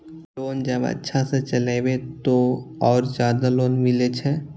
Loan जब अच्छा से चलेबे तो और ज्यादा लोन मिले छै?